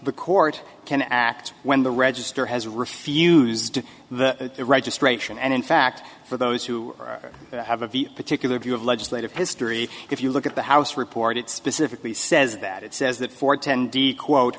the court can act when the register has refused the registration and in fact for those who have of the particular view of legislative history if you look at the house report it specifically says that it says that for ten d quote